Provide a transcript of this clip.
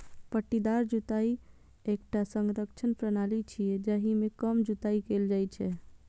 पट्टीदार जुताइ एकटा संरक्षण प्रणाली छियै, जाहि मे कम जुताइ कैल जाइ छै